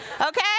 okay